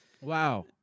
Wow